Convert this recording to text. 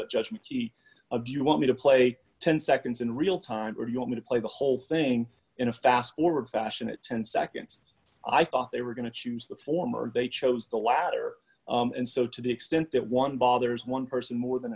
judgment he of you want me to play ten seconds in real time or you want me to play the whole thing in a fast forward fashion at ten seconds i thought they were going to choose the former they chose the latter and so to the extent that one bothers one person more than